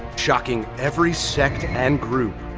shocking every sect and group.